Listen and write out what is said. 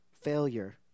Failure